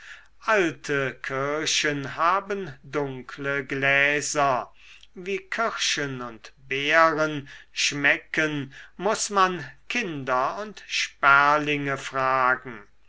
alte kirchen haben dunkle gläser wie kirschen und beeren schmecken muß man kinder und sperlinge fragen